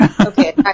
Okay